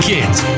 Kids